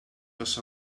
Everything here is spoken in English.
was